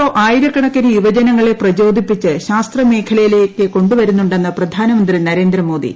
O ആയിരക്കണക്കിന് യുവജനങ്ങളെ പ്രചോദിപ്പിച്ച് ശാസ്ത്രമേഖലയിലേക്ക് കൊണ്ടുവരുന്നുണ്ടെന്ന് പ്രധാനമന്ത്രി നരേന്ദ്രമോദി